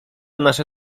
nasze